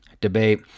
debate